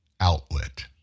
outlet